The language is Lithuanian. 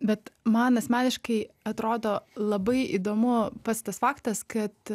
bet man asmeniškai atrodo labai įdomu pats tas faktas kad